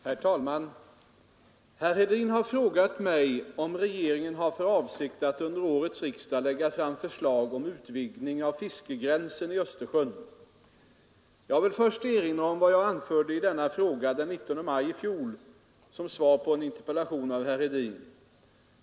Herr talman! Herr Hedin har frågat mig, om regeringen har för avsikt att under årets riksdag lägga fram förslag om utvidgning av fiskegränsen i Östersjön. Jag vill först erinra om vad jag anförde i denna fråga den 19 maj i fjol som svar på en interpellation av herr Hedin.